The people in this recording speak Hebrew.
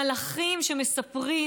מלאכים, שמספרים